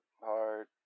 hard